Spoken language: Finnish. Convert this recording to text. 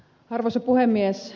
arvoisa puhemies